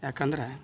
ಯಾಕಂದ್ರೆ